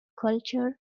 culture